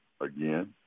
again